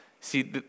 See